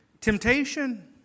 temptation